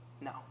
No